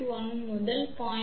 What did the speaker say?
1 முதல் 0